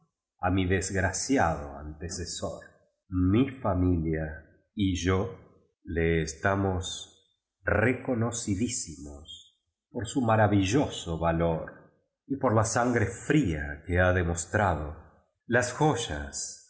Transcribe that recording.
a mi desgraciado antecesor m familia y yo la estamos reconocidísimos por su maravilloso valor y por la sangre fría que ha demostra do las joyas